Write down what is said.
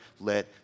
let